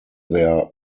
their